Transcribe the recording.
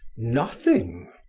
nothing!